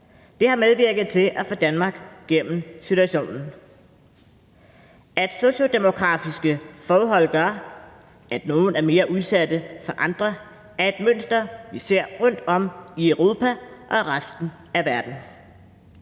Det har medvirket til at få Danmark igennem den her situation. Sociodemografiske forhold spiller ind og gør, at nogle er mere udsatte end andre, og det er et mønster, vi ser rundtom i Europa og i resten af verden.